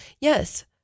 Yes